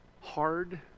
hard